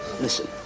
Listen